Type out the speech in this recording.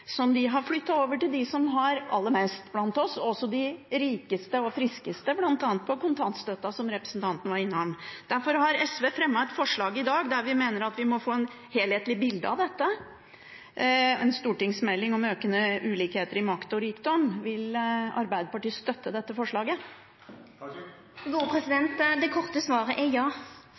som de har flyttet over til dem som har aller mest blant oss, også de rikeste og friskeste, bl.a. på kontantstøtten, som representanten var innom. Derfor har SV fremmet et forslag i dag der vi mener at vi må få et helhetlig bilde av dette, en stortingsmelding om økende ulikheter i makt og rikdom. Vil Arbeiderpartiet støtte dette forslaget? Det korte svaret er ja.